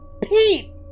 Pete